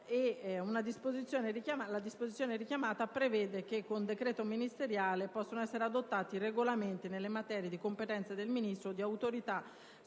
(articolo 17, comma 3) prevede che: «Con decreto ministeriale possono essere adottati regolamenti nelle materie di competenza del ministro o di autorità